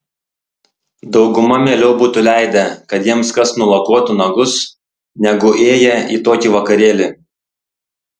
dauguma mieliau būtų leidę kad jiems kas nulakuotų nagus negu ėję į tokį vakarėlį